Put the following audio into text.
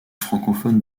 francophone